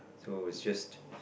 so it's just